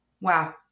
Wow